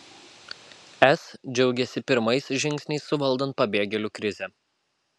es džiaugiasi pirmais žingsniais suvaldant pabėgėlių krizę